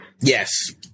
Yes